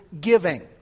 giving